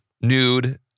nude